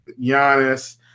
Giannis